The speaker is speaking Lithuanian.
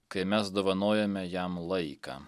kai mes dovanojame jam laiką